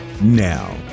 Now